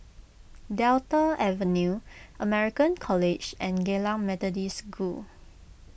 Delta Avenue American College and Geylang Methodist School